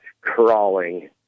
crawling